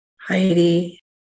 Heidi